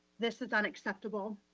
this is unacceptable.